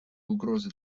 угрозы